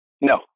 No